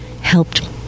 helped